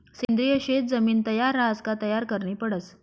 सेंद्रिय शेत जमीन तयार रहास का तयार करनी पडस